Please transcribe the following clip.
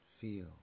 Feel